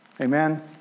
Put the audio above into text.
Amen